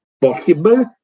possible